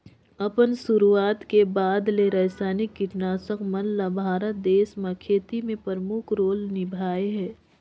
अपन शुरुआत के बाद ले रसायनिक कीटनाशक मन ल भारत देश म खेती में प्रमुख रोल निभाए हे